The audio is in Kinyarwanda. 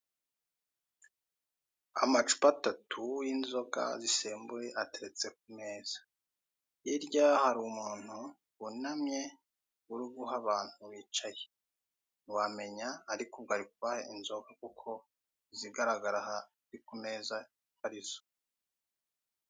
Amacupa atatu y'inzoga zisembuye ateretse ku meza, hirya hari umuntu wunamye uri guha abantu bicaye wamenya ari kubaha inzoga kuko izigaragara aha ku meza arizo.